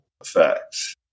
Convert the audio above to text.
effects